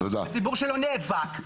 זה ציבור שלא נאבק,